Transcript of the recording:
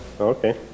Okay